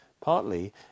Partly